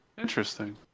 Interesting